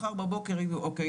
מחר בבוקר יגידו 'אוקיי,